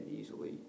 easily